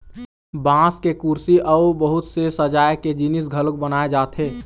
बांस के कुरसी अउ बहुत से सजाए के जिनिस घलोक बनाए जाथे